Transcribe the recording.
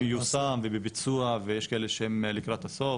מיושם ובביצוע ויש כאלה שהן לקראת הסוף.